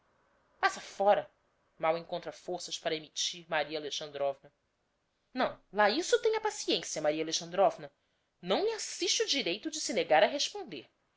passa fora mal encontra forças para emitir maria alexandrovna não lá isso tenha paciencia maria alexandrovna não lhe assiste o direito de se negar a responder